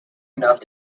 enough